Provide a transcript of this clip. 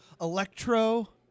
Electro